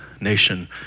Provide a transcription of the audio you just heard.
nation